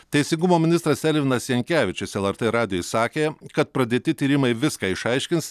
teisingumo ministras elvinas jankevičius lrt radijui sakė kad pradėti tyrimai viską išaiškins